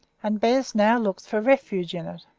and bez now looked for refuge in it.